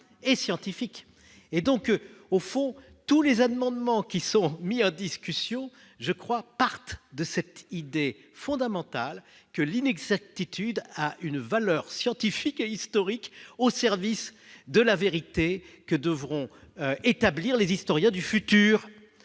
et scientifiques et donc au fond tous les amendements qui seront mis en discussion, je crois, partent de cette idée fondamentale que l'inexactitude a une valeur scientifique et historique au service de la vérité, que devront établir les historiens du futur